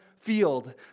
field